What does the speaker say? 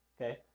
okay